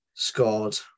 Scored